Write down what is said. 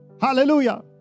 Hallelujah